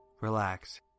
relax